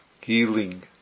Healing